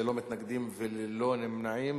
ללא מתנגדים וללא נמנעים,